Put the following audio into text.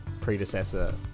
predecessor